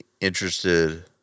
interested